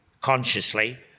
consciously